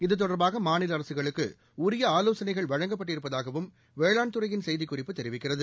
இது தொடர்பாக மாநில அரசுகளுக்கு உரிய ஆலோசனைகள் வழங்கப்பட்டிருப்பதாகவும் வேளாண் துறையின் செய்திக்குறிப்பு தெரிவிக்கிறது